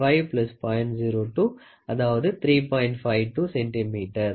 52 cm Radius 3